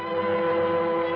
or